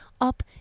up